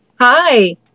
hi